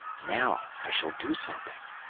now! i shall do something.